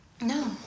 No